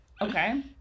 Okay